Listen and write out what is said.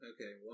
Okay